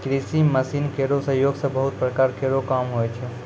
कृषि मसीन केरो सहयोग सें बहुत प्रकार केरो काम होय छै